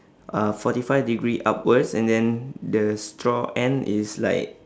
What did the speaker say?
uh forty five degree upwards and then the straw end is like